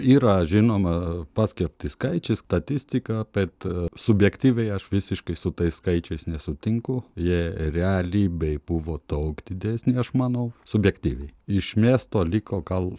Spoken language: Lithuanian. yra žinoma paskelbti skaičiai statistika bet subjektyviai aš visiškai su tais skaičiais nesutinku jie realybėj buvo daug didesni aš manau subjektyviai iš miesto liko gal